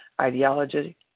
ideology